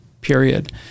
period